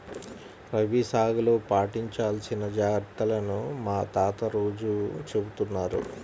రబీ సాగులో పాటించాల్సిన జాగర్తలను మా తాత రోజూ చెబుతున్నారు